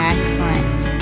Excellent